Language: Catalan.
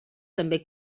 també